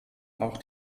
auch